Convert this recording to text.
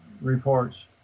reports